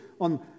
on